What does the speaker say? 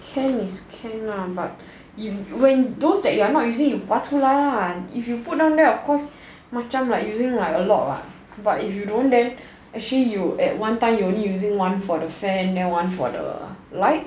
can is can lah but when those that you are not usually you 拔出来啊 if you down there macam like using a lot what if you don't then actually you at one time you only using one for the fan then one for the light